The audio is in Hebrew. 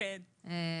בבקשה.